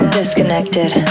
disconnected